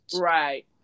Right